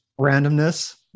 Randomness